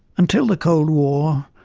until the cold war,